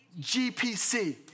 GPC